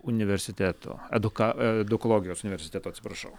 universiteto eduka edukologijos universiteto atsiprašau